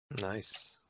Nice